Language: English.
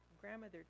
grandmother